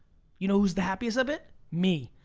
you know who's the happiest of it? me.